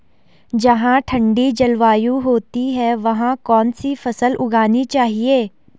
जहाँ ठंडी जलवायु होती है वहाँ कौन सी फसल उगानी चाहिये?